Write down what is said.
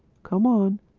come on.